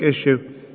issue